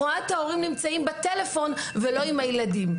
אני רואה את ההורים נמצאים בטלפון ולא עם הילדים.